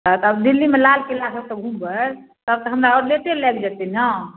आओर तऽ आब दिल्लीमे लालकिलासब तऽ घुमबै तब तऽ हमरा आओर लेटे लागि जेतै ने